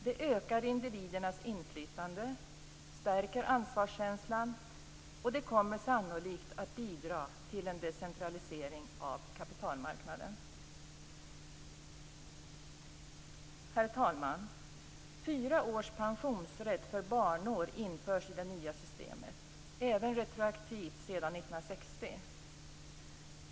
Det ökar individernas inflytande och stärker ansvarskänslan, och det kommer sannolikt att bidra till en decentralisering av kapitalmarknaden. Herr talman! Fyra års pensionsrätt för barnår införs i det nya systemet, även retroaktivt från 1960.